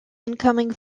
incoming